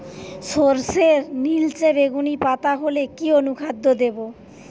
সরর্ষের নিলচে বেগুনি পাতা হলে কি অনুখাদ্য দেবো?